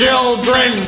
Children